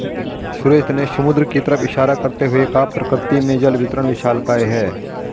सुरेश ने समुद्र की तरफ इशारा करते हुए कहा प्रकृति में जल वितरण विशालकाय है